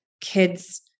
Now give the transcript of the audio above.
kids